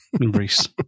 Embrace